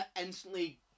instantly